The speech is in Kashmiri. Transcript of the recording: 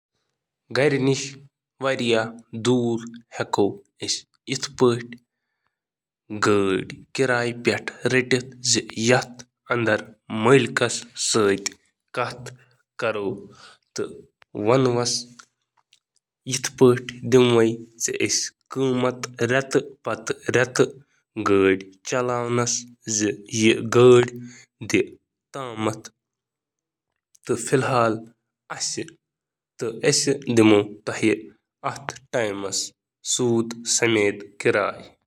واریہن ملکن ہنٛز عمر چِھ کم کھوتہٕ کم کار کرایہٕ پیٹھ، تہٕ ییلہٕ زن کنہہ ملکن منٛز یُس صرف. ارداہن, چُھ، باقین منٛز ہیکہٕ یہٕ اَکُوُہہ، ترٛووُہہ یا پنٛژوُہہ, تام زیادٕ أستھ۔